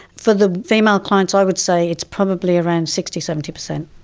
for the female clients i would say it's probably around sixty, seventy percent.